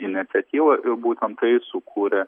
iniciatyva ir būtent tai sukūrė